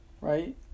Right